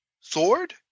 sword